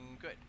good